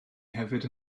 hefyd